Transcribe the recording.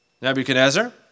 Nebuchadnezzar